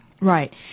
Right